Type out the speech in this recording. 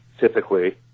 typically